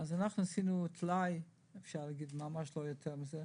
אנחנו עשינו טלאי, ממש לא יותר מזה,